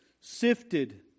sifted